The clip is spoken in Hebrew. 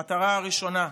המטרה הראשונה,